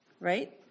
right